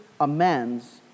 amends